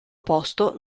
posto